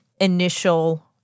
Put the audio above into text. initial